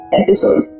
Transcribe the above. episode